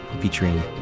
featuring